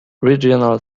regional